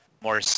more